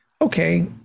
okay